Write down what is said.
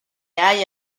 hay